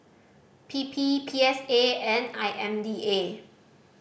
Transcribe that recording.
P P P S A and I M D A